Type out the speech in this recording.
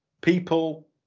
people